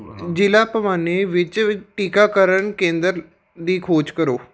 ਜ਼ਿਲ੍ਹਾ ਭਵਾਨੀ ਵਿੱਚ ਟੀਕਾਕਰਨ ਕੇਂਦਰ ਦੀ ਖੋਜ ਕਰੋ